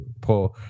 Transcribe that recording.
poor